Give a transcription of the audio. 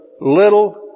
little